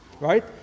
Right